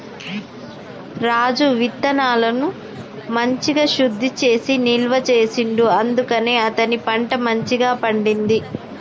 రాజు విత్తనాలను మంచిగ శుద్ధి చేసి నిల్వ చేసిండు అందుకనే అతని పంట మంచిగ పండింది